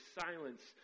silence